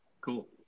Cool